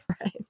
Right